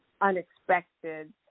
unexpected